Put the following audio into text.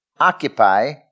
occupy